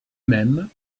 même